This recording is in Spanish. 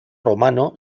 romano